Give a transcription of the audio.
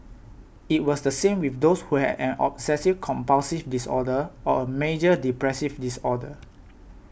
it was the same with those who had an obsessive compulsive disorder or a major depressive disorder